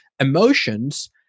emotions